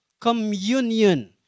communion